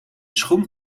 schoen